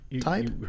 type